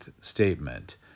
statement